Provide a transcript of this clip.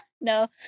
No